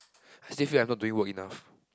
I still feel I've not doing work enough